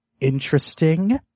interesting